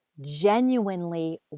genuinely